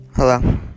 Hello